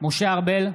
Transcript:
משה ארבל,